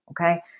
Okay